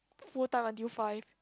full time until five